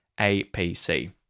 APC